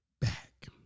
back